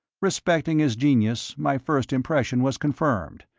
respecting his genius my first impression was confirmed.